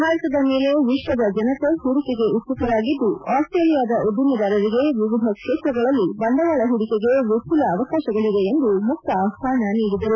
ಭಾರತದ ಮೇಲೆ ವಿಶ್ವದ ಜನತೆ ಹೂಡಿಕೆಗೆ ಉತ್ಪುಕರಾಗಿದ್ದು ಆಸ್ತ್ರೇಲಿಯಾದ ಉದ್ದಿಮೆದಾರರಿಗೆ ವಿವಿಧ ಕ್ಷೇತ್ರಗಳಲ್ಲಿ ಬಂಡವಾಳ ಹೂಡಿಕೆಗೆ ವಿಪುಲ ಅವಕಾಶಗಳಿವೆ ಎಂದು ಮುಕ್ತ ಆಹ್ವಾನ ನೀಡಿದರು